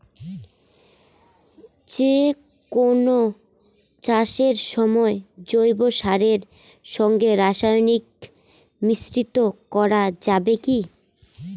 যে কোন চাষের সময় জৈব সারের সঙ্গে রাসায়নিক মিশ্রিত করা যাবে কি?